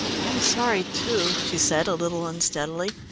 i'm sorry too, she said a little unsteadily.